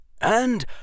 And